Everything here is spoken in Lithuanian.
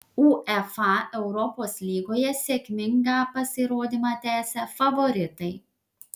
uefa europos lygoje sėkmingą pasirodymą tęsia favoritai